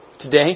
today